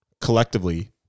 collectively